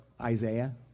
Isaiah